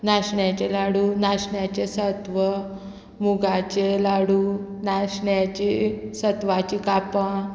नाशण्याचें लाडू नाशण्याचें सत्व मुगाचें लाडू नाशण्याची सत्वाची कापां